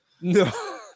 No